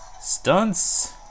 Stunts